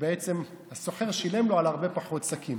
הסוחר שילם לו על הרבה פחות שקים.